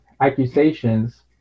accusations